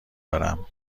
دارم